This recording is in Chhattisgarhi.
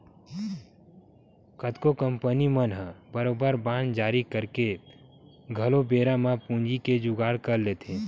कतको कंपनी मन ह बरोबर बांड जारी करके घलो बेरा म पूंजी के जुगाड़ कर लेथे